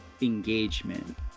engagement